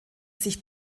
sich